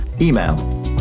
email